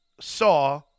saw